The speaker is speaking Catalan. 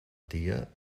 tia